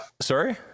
sorry